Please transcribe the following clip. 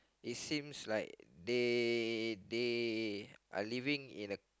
is seems like they they are living in a